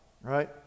right